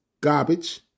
garbage